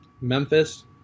Memphis